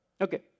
Okay